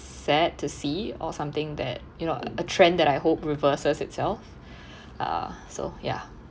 sad to see or something that you know a trend that I hope reverses itself uh so ya